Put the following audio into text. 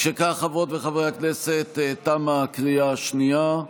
משכך, חברות וחברי הכנסת, תמה הקריאה השנייה.